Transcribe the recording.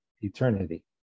eternity